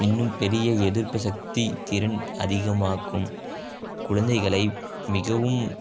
இன்னும் பெரிய எதிர்ப்பு சக்தி திறன் அதிகமாக்கும் குழந்தைகளை மிகவும்